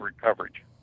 coverage